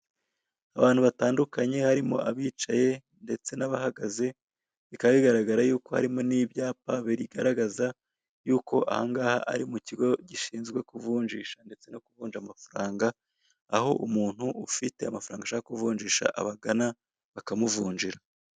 Ahantu hatangirwa serivisi zijyanye n'ivunja n'ivunjisha ry'amafaranga. Ubagana ufite amafaranga y'amanyamahanga, bakayaguha mu bwoko bw'ayo wifuza.